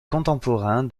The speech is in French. contemporain